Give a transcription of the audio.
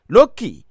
Loki